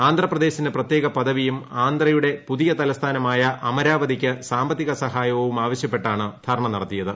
ആന്ധ്രപ്രദേശിന് പ്രത്യേക പദവിയും ആന്ധ്രയുടെ പുതിയ തലസ്ഥാനമായ അമരാവതിക്ക് സാമ്പത്തിക സഹായവും ആവസ്യപ്പെട്ടാണ് ധർണ്ണ നടത്തിയത്